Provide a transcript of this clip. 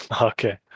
okay